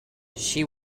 she